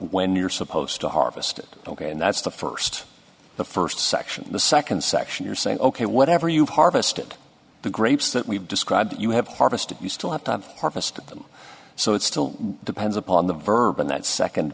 when you're supposed to harvest it ok and that's the first the first section the second section you're saying ok whatever you harvested the grapes that we've described you have harvested you still have to harvest them so it still depends upon the verb in that second